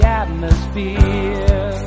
atmosphere